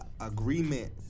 agreement